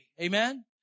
Amen